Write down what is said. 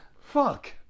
Fuck